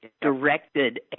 Directed